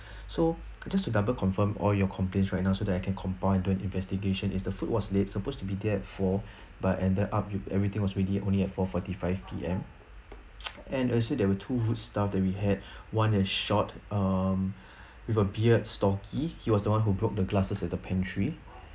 so can I just to double confirm all your complaints right now so that I can comopile int an investigation is the food was late supposed to be there four but ended up with everything was ready only at four forty five P_M and you said there were two rude staff that we had one is short um with a beard stocky he was the one who broke the glasses at the pantry